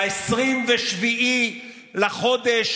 ב-27 לחודש,